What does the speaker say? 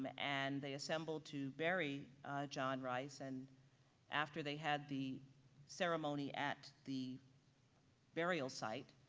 um and they assembled to bury john rice and after they had the ceremony at the burial site,